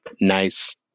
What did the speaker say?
nice